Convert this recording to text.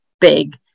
big